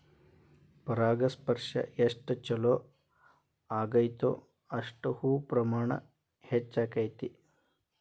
ಪರಾಗಸ್ಪರ್ಶ ಎಷ್ಟ ಚುಲೋ ಅಗೈತೋ ಅಷ್ಟ ಹೂ ಪ್ರಮಾಣ ಹೆಚ್ಚಕೈತಿ